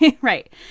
Right